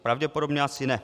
Pravděpodobně asi ne.